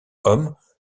hommes